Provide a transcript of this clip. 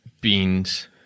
beans